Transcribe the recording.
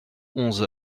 onze